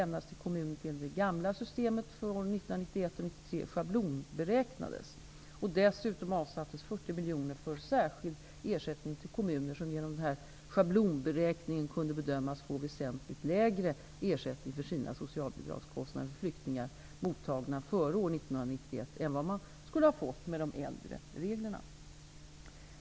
miljoner kronor för särskild ersättning till kommuner som genom denna schablonberäkning kunde bedömas få väsentligt lägre ersättning för sina socialbidragskostnader för flyktingar mottagna före år 1991 än vad man skulle ha fått med de äldre reglerna.